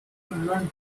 learned